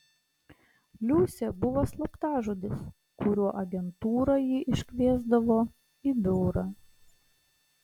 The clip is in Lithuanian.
liusė buvo slaptažodis kuriuo agentūra jį iškviesdavo į biurą